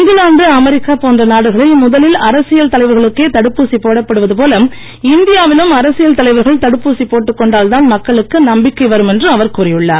England America போன்ற நாடுகளில் முதலில் அரசியல் தலைவர்களுக்கே தடுப்பூசி போடப்படுவது போல இந்தியாவிலும் அரசியல் தலைவர்கள் தடுப்பூசி போட்டுக் கொண்டால்தான் மக்களுக்கு நம்பிக்கை வரும் என்று அவர் கூறியுள்ளார்